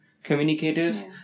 communicative